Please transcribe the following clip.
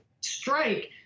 strike